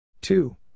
Two